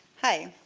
hi.